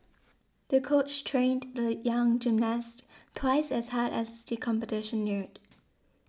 the coach trained the young gymnast twice as hard as the competition neared